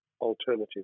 alternative